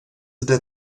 jde